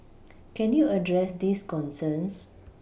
can you address these concerns